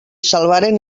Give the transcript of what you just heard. salvaren